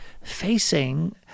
facing